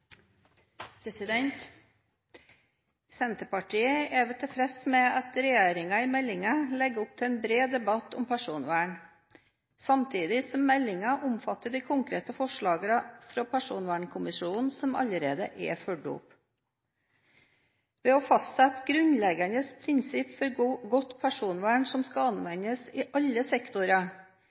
med at regjeringen i meldingen legger opp til en bred debatt om personvern, samtidig som meldingen omfatter de konkrete forslagene fra Personvernkommisjonen som allerede er fulgt opp. Ved å fastsette grunnleggende prinsipper for godt personvern som skal anvendes i alle sektorer,